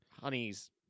honey's